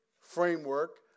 framework